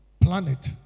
planet